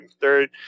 third